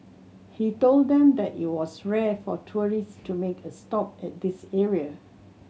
he told them that it was rare for tourists to make a stop at this area